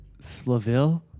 Slaville